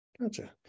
Gotcha